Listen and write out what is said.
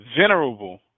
Venerable